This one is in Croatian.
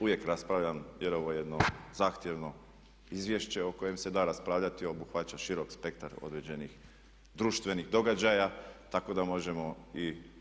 Uvijek raspravljam jer ovo je jedno zahtjevno izvješće o kojem se da raspravljati, obuhvaća širok spektar određenih društvenih događaja tako da možemo i